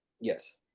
Yes